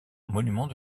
monument